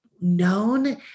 known